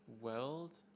weld